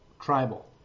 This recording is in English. tribal